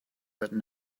but